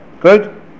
Good